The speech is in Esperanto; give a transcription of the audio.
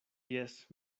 jes